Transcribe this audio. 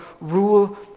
rule